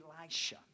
Elisha